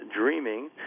dreaming